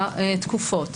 עוזר שר המשפטים,